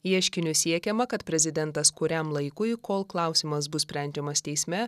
ieškiniu siekiama kad prezidentas kuriam laikui kol klausimas bus sprendžiamas teisme